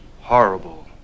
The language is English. horrible